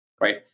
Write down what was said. right